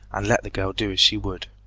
and let the girl do as she would.